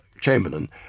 Chamberlain